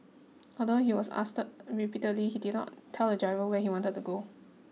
although he was asked repeatedly he did not tell the driver where he wanted to go